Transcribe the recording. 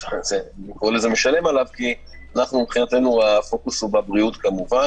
אני קורא לזה "משלם עליו" כי מבחינתנו הפוקוס הוא כמובן בבריאות